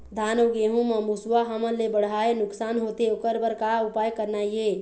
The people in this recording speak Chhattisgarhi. धान अउ गेहूं म मुसवा हमन ले बड़हाए नुकसान होथे ओकर बर का उपाय करना ये?